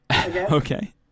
Okay